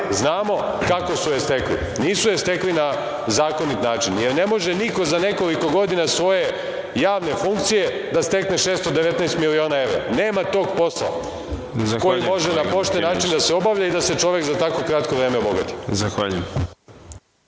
znamo kako su je stekli. Nisu je stekli na zakonit način. Jer ne može niko za nekoliko godina svoje javne funkcije da stekne 619.000.000 evra. Nema tog posla koji može na pošten način da se obavlja i da se čovek za tako kratko vreme obogati.